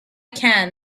can